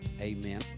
amen